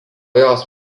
jos